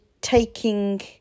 taking